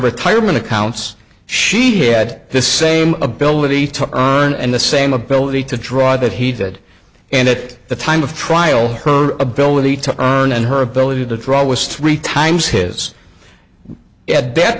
retirement accounts she had the same ability to earn and the same ability to draw that he did and that the time of trial her ability to earn and her ability to draw was three times his